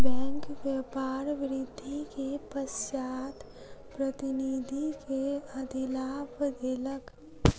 bank व्यापार वृद्धि के पश्चात प्रतिनिधि के अधिलाभ देलक